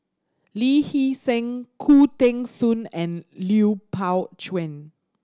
Lee Hee Seng Khoo Teng Soon and Lui Pao Chuen